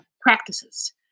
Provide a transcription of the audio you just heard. practices